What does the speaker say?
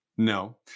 No